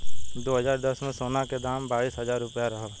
दू हज़ार दस में, सोना के दाम बाईस हजार रुपिया रहल